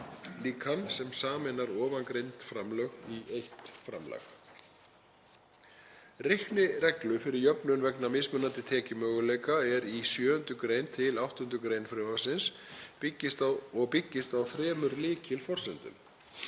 sem sameinar ofangreind framlög í eitt framlag. Reiknireglu fyrir jöfnun vegna mismunandi tekjumöguleika er í 7. gr. til 8. gr. frumvarpsins og byggist á þremur lykilforsendum: